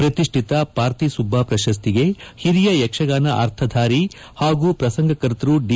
ಪ್ರತಿಷ್ಠಿತ ಪಾರ್ತಿಸುಬ್ಬ ಪ್ರಶಸ್ತಿಗೆ ಹಿರಿಯ ಯಕ್ಷಗಾನ ಅರ್ಥಧಾರಿ ಹಾಗೂ ಪ್ರಸಂಗ ಕರ್ತೃ ದಿ